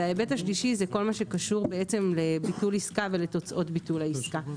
וההיבט השלישי זה כל מה שקשור לביטול עסקה ולתוצאות ביטול העסקה.